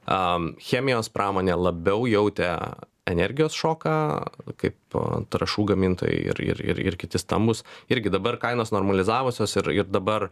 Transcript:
a chemijos pramonė labiau jautė energijos šoką kaip trąšų gamintojai ir ir kiti stambūs irgi dabar kainos normalizavusios ir ir dabar